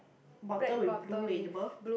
bottle with blue label